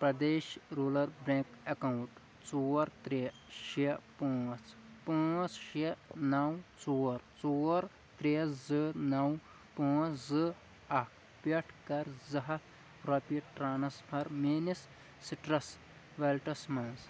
Pradesh rural bank account ژور ترٛےٚ شےٚ پانٛژھ پانٛژھ شےٚ نَو ژور ژور ترٛےٚ زٕ نَو پانٛژھ زٕ اَکھ پٮ۪ٹھ کر زٕ ہتھ رۄپیہِ ٹرانسفر میٲنِس سِٹرس ویلیٹَس مَنٛز